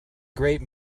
great